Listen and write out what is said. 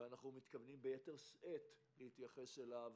ואנו מתכוונים ביתר שאת להתייחס אליו